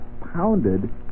pounded